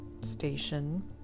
station